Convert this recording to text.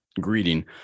greeting